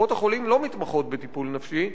קופות-החולים לא מתמחות בטיפול נפשי,